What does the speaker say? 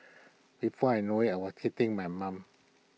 before I know IT I was hitting my mum